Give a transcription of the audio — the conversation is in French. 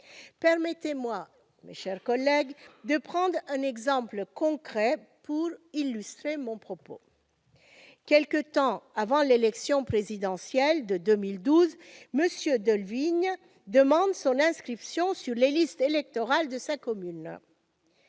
Permettez-moi, mes chers collègues, de prendre un exemple concret pour illustrer mon propos. Quelque temps avant l'élection présidentielle de 2012, M. Delvigne sollicite son inscription sur les listes électorales de sa commune.